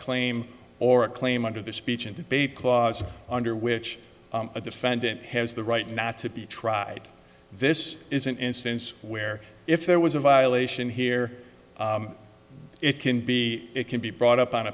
claim or a claim under the speech and debate clause under which a defendant has the right not to be tried this is an instance where if there was a violation here it can be it can be brought up on